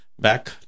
back